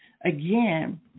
Again